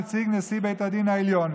נציג נשיא בית הדין העליון,